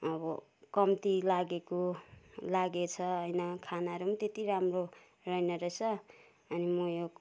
अब कम्ती लागेको लागेछ होइन खानाहरू पनि त्यति राम्रो रहेनरहेछ अनि म यो